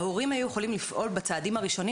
ההורים היו יכולים לפעול בצעדים הראשונים